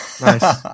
Nice